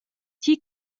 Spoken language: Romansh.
tgi